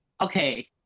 Okay